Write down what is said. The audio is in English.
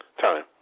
time